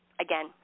again